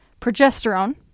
progesterone